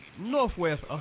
Northwest